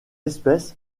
espèce